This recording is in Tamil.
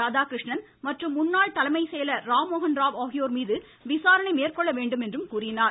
ராதாகிருஷ்ணன் மற்றும் முன்னாள் தலைமை செயலர் ராம் மோகன் ராவ் ஆகியோர் மீது விசாரணை மேற்கொள்ள வேண்டும் என்று கூறினார்